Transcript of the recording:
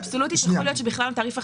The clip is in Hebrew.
שאבסולוטית יכול להיות שתעריף החשמל יירד.